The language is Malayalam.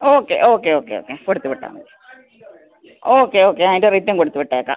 ഓക്കെ ഓക്കെ ഓക്കെ ഓക്കെ കൊടുത്തു വിട്ടാൽ മതി ഓക്കെ ഓക്കെ അതിൻ്റെ റേറ്റും കൊടുത്തു വിട്ടേക്കാം